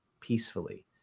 peacefully